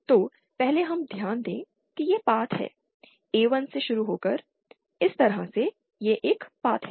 तो पहले हम ध्यान दें कि यह पाथ है A1 से शुरू होकर इस तरह से यह एक पाथ है